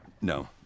No